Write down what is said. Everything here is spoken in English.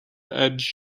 edge